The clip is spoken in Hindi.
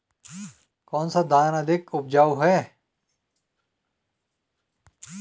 कौन सा धान अधिक उपजाऊ है?